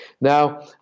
Now